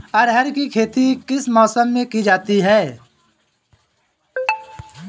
अरहर की खेती किस मौसम में की जाती है?